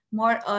more